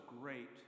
great